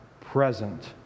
present